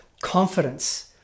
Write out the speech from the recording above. confidence